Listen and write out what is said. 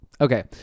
Okay